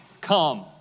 come